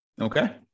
okay